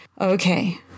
okay